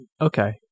Okay